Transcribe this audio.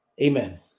amen